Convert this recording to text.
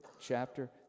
chapter